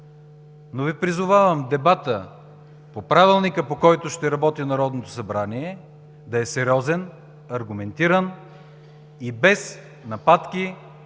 но Ви призовавам дебатът по Правилника, по който ще работи Народното събрание, да е сериозен, аргументиран и без нападки